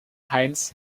heinz